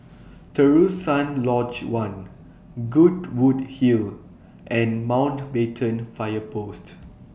Terusan Lodge one Goodwood Hill and Mountbatten Fire Post